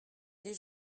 les